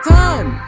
time